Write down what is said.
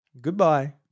Goodbye